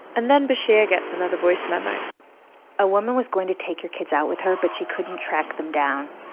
and then bashir gets another voice memo a woman was going to take your kids out with her, but she couldn't track them down.